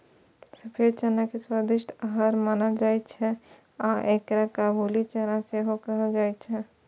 सफेद चना के स्वादिष्ट आहार मानल जाइ छै आ एकरा काबुली चना सेहो कहल जाइ छै